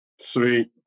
Sweet